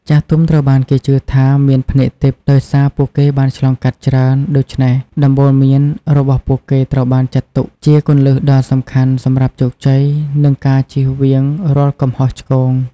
ចាស់ទុំត្រូវបានគេជឿថាមាន ភ្នែកទិព្វ ដោយសារពួកគេបានឆ្លងកាត់ច្រើន ដូច្នេះដំបូន្មានរបស់ពួកគេត្រូវបានចាត់ទុកជា គន្លឹះដ៏សំខាន់ សម្រាប់ជោគជ័យ និងការជៀសវាងរាល់កំហុសឆ្គង។